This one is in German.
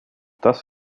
das